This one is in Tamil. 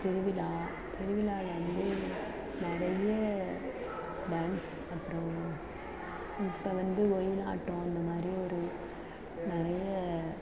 திருவிழா திருவிழாவில் வந்து நிறைய டான்ஸ் அப்புறம் இப்போ வந்து ஒயிலாட்டம் அந்த மாதிரி ஒரு நிறைய